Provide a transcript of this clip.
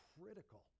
critical